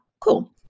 cool